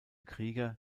krieger